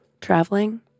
traveling